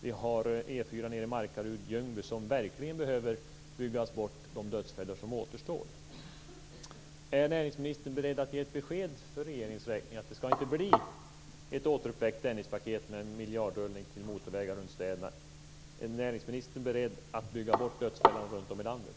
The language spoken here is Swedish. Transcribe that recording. Vi har E 4:an nere i Markaryd och Ljungby, där man verkligen behöver bygga bort de dödsfällor som återstår. Är näringsministern beredd att ge ett besked för regeringens räkning om att det inte skall bli ett återuppväckt Dennispaket med miljardrullning till motorvägar runt städerna? Är näringsministern beredd att bygga bort dödsfällorna runtom i landet?